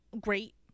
great